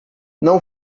não